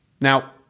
Now